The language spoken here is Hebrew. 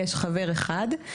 יש חבר אחד.